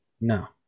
no